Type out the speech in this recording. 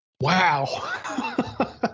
Wow